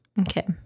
Okay